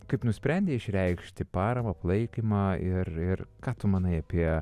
kaip nusprendei išreikšti paramą palaikymą ir ir ką tu manai apie